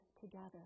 together